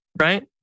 right